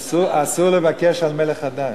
אסור לבקש על מלך חדש.